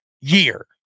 year